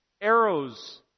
arrows